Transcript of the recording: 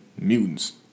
mutants